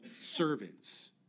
servants